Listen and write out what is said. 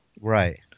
Right